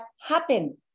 happen